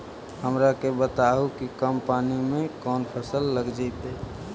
हमरा के बताहु कि कम पानी में कौन फसल लग जैतइ?